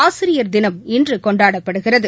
ஆசிரியர் தினம் இன்று கொண்டாடப்படுகிறது